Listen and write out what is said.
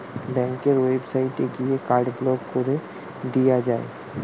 ব্যাংকের ওয়েবসাইটে গিয়ে কার্ড ব্লক কোরে দিয়া যায়